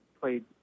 played